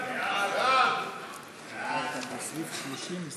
סעיפים 19 29